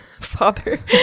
father